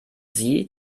sie